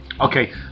Okay